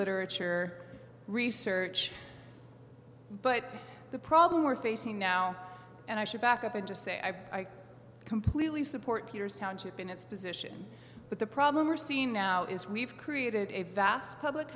literature research but the problem we're facing now and i should back up and just say i completely support peter's township in its position but the problem we're seeing now is we've created a vast public